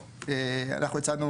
אז אנחנו הצענו